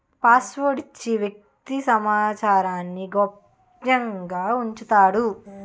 password ఇచ్చి వ్యక్తి సమాచారాన్ని గోప్యంగా ఉంచుతారు